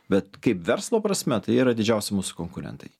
bet kaip verslo prasme tai jie yra didžiausi mūsų konkurentai